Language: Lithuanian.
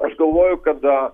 aš galvoju kada